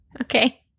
Okay